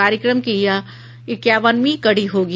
कार्यक्रम की यह इक्यावनवीं कड़ी होगी